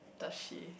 does she